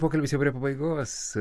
pokalbis jau prie pabaigos